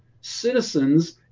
citizens